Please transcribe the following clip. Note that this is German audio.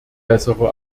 bessere